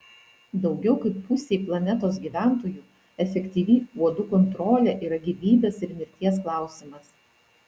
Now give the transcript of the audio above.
daugiau kaip pusei planetos gyventojų efektyvi uodų kontrolė yra gyvybės ir mirties klausimas